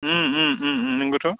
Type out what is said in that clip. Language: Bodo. नंगौथ'